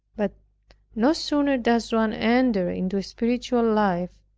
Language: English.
but no sooner does one enter into a spiritual life,